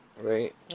right